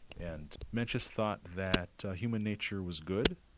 and mencius thought that human nature was good,